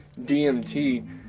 dmt